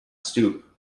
stoop